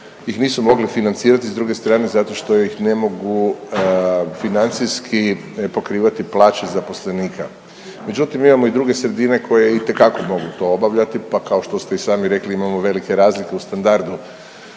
ih nisu mogli financirati, s druge strane zato što ih ne mogu financijski pokrivati plaće zaposlenika. Međutim, imamo i druge sredine koje itekako mogu to obavljati, pa kao što ste i sami rekli, imamo velike razlike u standardu